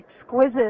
exquisite